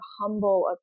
humble